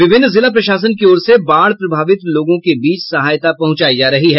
विभिन्न जिला प्रशासन की ओर से बाढ़ प्रभावित लोगों के बीच सहायता पहुंचायी जा रही है